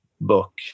book